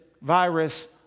virus